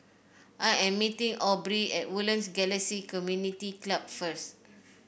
I am meeting Aubrie at Woodlands Galaxy Community Club first